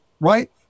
Right